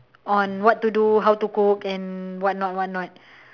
on what to do how to cook and what not what not